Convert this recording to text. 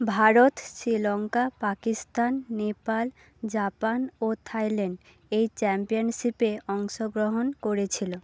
Bharat Sri Lanka Pakistan Nepal Japan ও Thailand এই চ্যাম্পিয়নশিপে অংশগ্রহণ করেছিল